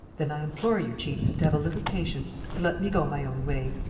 then i implore you, chief, to have a little patience. to let me go my own way.